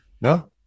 No